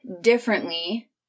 differently